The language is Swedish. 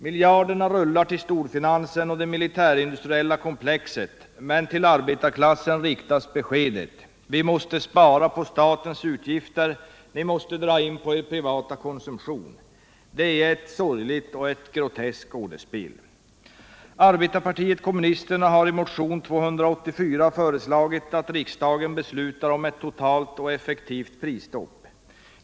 Miljarder rullar till storfinansen och det militärindustriella komplexet, men till arbetarklassen riktas beskedet: Vi måste spara på statens utgifter, ni måste dra in på er privata konsumtion. Det är ett sorgligt och ett groteskt skådespel. Arbetarpartiet kommunisterna har i motion 284 föreslagit att riksdagen beslutar om ett totalt och effektivt prisstopp.